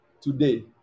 today